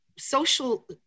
Social